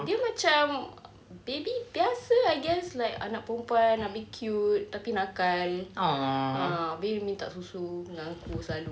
dia macam baby biasa I guess like anak perempuan habis cute tapi nakal ah habis dia minta susu dengan aku selalu